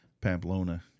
Pamplona